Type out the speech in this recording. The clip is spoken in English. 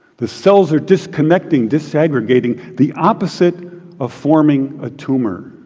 the cells are disconnecting, disaggregating the opposite of forming a tumor.